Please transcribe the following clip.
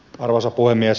arvoisa puhemies